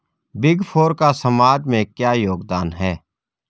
Big four का समाज में क्या योगदान है?